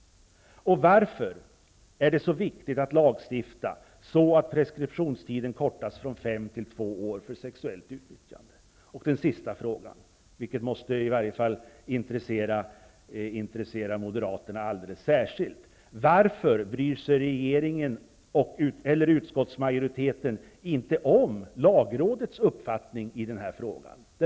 Varför är det så viktigt att lagstifta på ett sådant sätt att preskriptionstiden kortas från fem till två år för sexuellt utnyttjande? Och den sista frågan vilken måste intressera Moderaterna alldeles särskilt: Varför bryr sig utskottsmajoriteten inte om lagrådets uppfattning i den här frågan?